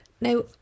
Now